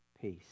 peace